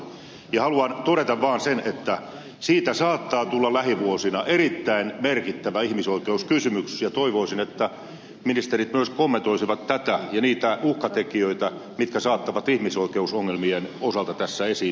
haluan todeta vain sen että siitä saattaa tulla lähivuosina erittäin merkittävä ihmisoikeuskysymys ja toivoisin että ministerit myös kommentoisivat tätä ja niitä uhkatekijöitä jotka saattavat ihmisoikeusongelmien osalta tässä esiin nousta